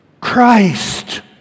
Christ